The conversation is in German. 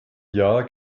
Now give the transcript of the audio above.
jahr